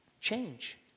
Change